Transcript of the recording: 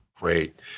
Great